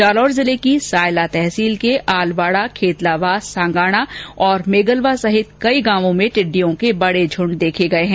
जालौर जिले की सायला तहसील के आलवाड़ा खेतलावास सांगाणा और मेगलवा सहित कई गांवों में टिड्डियों के बड़े झुण्ड देखे गए हैं